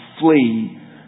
flee